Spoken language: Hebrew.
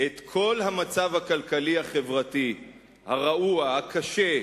את כל המצב הכלכלי-החברתי הרעוע, הקשה,